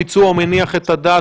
הביצוע מניח את הדעת?